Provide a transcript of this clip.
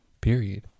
period